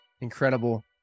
incredible